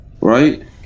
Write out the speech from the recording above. right